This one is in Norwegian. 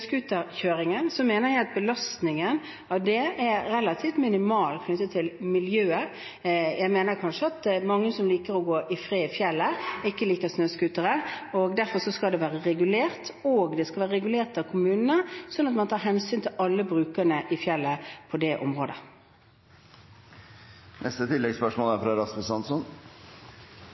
er mange som liker å gå i fred i fjellet og ikke liker snøscootere. Derfor skal det være regulert, og det skal være regulert av kommunene, slik at man tar hensyn til alle brukerne av fjellet på det området. Rasmus Hansson – til oppfølgingsspørsmål. Statsministeren leder en regjering som understreker at den er